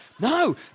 No